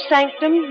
Sanctum